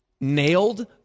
nailed